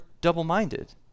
double-minded